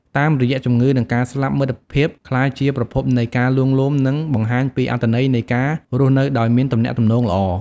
តាមរយៈជំងឺ និងការស្លាប់ មិត្តភាពក្លាយជាប្រភពនៃការលួងលោម និងបង្ហាញពីអត្ថន័យនៃការរស់នៅដោយមានទំនាក់ទំនងល្អ។